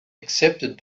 accepted